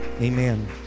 amen